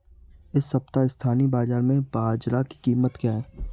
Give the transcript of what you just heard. इस सप्ताह स्थानीय बाज़ार में बाजरा की कीमत क्या है?